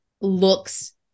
looks